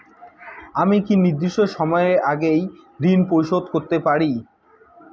আমি কি নির্দিষ্ট সময়ের আগেই ঋন পরিশোধ করতে পারি?